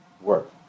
work